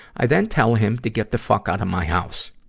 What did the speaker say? i then tell him to get the fuck out of my house.